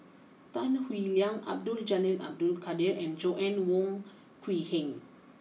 Tan Howe Liang Abdul Jalil Abdul Kadir and Joanna Wong Quee Heng